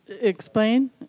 Explain